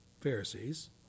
Pharisees